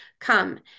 Come